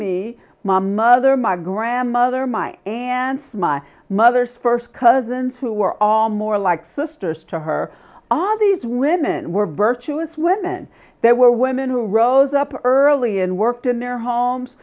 me my mother my grandmother my aunts my mother's first cousins who were all more like sisters to her odd these women were virtuous women there were women who rose up early and worked in their homes